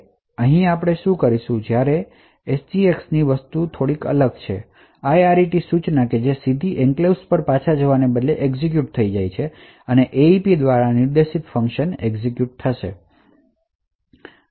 અહીં SGXની વસ્તુઓ થોડી અલગ છે આ IRET સૂચના છે જે સીધી એન્ક્લેવ્સ પર પાછા જવાને બદલે એક્ઝેક્યુટ થઈ જાય છે આ AEP દ્વારા નિર્દેશિત ફંકશન એક્ઝેક્યુટ થાય છે